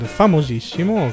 famosissimo